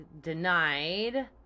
denied